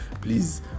please